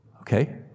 Okay